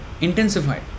intensified